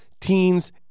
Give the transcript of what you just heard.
teens